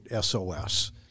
SOS